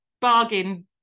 bargain